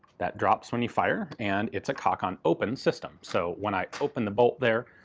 that drops when you fire. and it's a cock on open system, so when i open the bolt there,